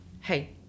hey